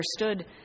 understood